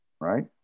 right